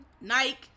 Nike